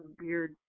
weird